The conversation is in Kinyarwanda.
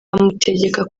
amutegeka